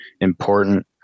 important